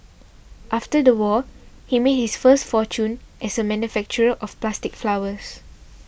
after the war he made his first fortune as a manufacturer of plastic flowers